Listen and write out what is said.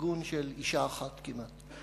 ארגון של אשה אחת כמעט,